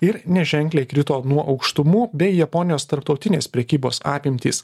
ir neženkliai krito nuo aukštumų bei japonijos tarptautinės prekybos apimtys